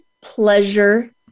pleasure